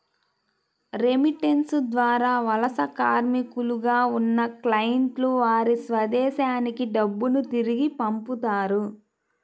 remittance ద్వారా వలస కార్మికులుగా ఉన్న క్లయింట్లు వారి స్వదేశానికి డబ్బును తిరిగి పంపుతారు